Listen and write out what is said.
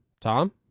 Tom